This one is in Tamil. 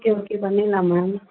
ஓகே ஓகே பண்ணிடலாம் மேம்